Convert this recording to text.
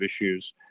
issues